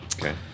Okay